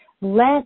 Let